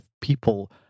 people